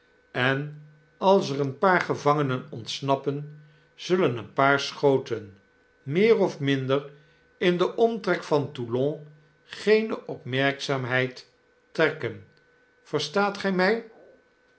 en als er een paar gevangenen ontsnappen zullen een paar schoten meer of minder in den omtrek van toulon geene opmerkzaamheid trekken verstaat gij mij